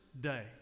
day